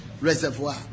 reservoir